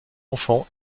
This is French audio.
enfants